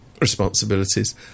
responsibilities